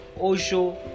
Osho